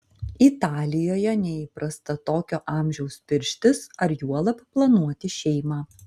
italijoje neįprasta tokio amžiaus pirštis ar juolab planuoti šeimą